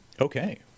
Okay